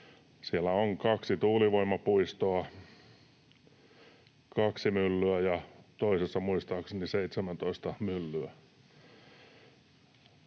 Siellä on kaksi tuulivoimapuistoa: kaksi myllyä ja toisessa muistaakseni 17 myllyä.